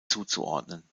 zuzuordnen